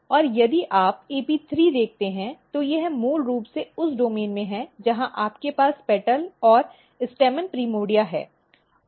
और यदि आप AP3 देखते हैं तो यह मूल रूप से उस डोमेन में है जहाँ आपके पास पेटल और स्टैमेन प्रिमोर्डिया है